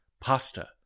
pasta